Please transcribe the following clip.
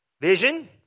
Vision